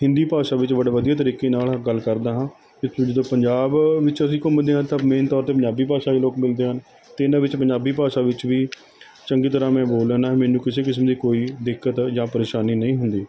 ਹਿੰਦੀ ਭਾਸ਼ਾ ਵਿੱਚ ਬੜੇ ਵਧੀਆ ਤਰੀਕੇ ਨਾਲ਼ ਗੱਲ ਕਰਦਾ ਹਾਂ ਜਦੋਂ ਪੰਜਾਬ ਵਿੱਚ ਅਸੀਂ ਘੁੰਮਦੇ ਹਾਂ ਤਾਂ ਮੇਨ ਤੌਰ 'ਤੇ ਪੰਜਾਬੀ ਭਾਸ਼ਾ ਦੇ ਲੋਕ ਮਿਲਦੇ ਹਨ ਅਤੇ ਇਹਨਾਂ ਵਿੱਚ ਪੰਜਾਬੀ ਭਾਸ਼ਾ ਵਿੱਚ ਵੀ ਚੰਗੀ ਤਰ੍ਹਾਂ ਮੈਂ ਬੋਲ ਲੈਨਾਂ ਮੈਨੂੰ ਕਿਸੇ ਕਿਸਮ ਦੀ ਕੋਈ ਦਿੱਕਤ ਜਾਂ ਪਰੇਸ਼ਾਨੀ ਨਹੀਂ ਹੁੰਦੀ